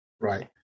Right